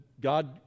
God